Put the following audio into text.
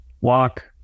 Walk